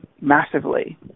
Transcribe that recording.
massively